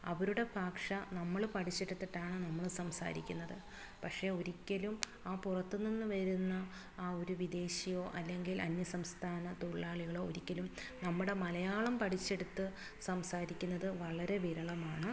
അവരുടെ ഭാഷ നമ്മള് പഠിച്ചെടുത്തിട്ടാണ് നമ്മള് സംസാരിക്കുന്നത് പക്ഷെ ഒരിക്കലും ആ പുറത്തുനിന്നു വരുന്ന ആ ഒരു വിദേശിയോ അല്ലെങ്കിൽ അന്യസംസ്ഥാന തൊഴിലാളികളോ ഒരിക്കലും നമ്മുടെ മലയാളം പഠിച്ചെടുത്ത് സംസാരിക്കുന്നത് വളരെ വിരളമാണ്